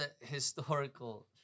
historical